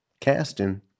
casting